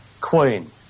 Queen